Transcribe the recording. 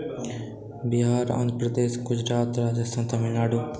Bihar Andhra Pradesh Gujarat Rajasthan Tamil Nadu